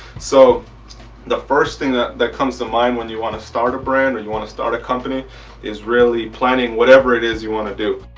so the first thing that that comes to mind when you want to start a brand and you want to start a company is really planning whatever it is you want to do.